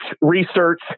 research